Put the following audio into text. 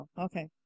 okay